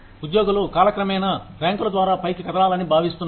ఉద్యోగులు కాలక్రమేణా ర్యాంకుల ద్వారా పైకి కదలాలని భావిస్తున్నారు